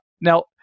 Now